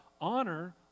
Honor